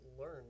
learn